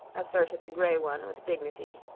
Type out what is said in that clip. asserted the grey one, with dignity.